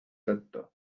tõttu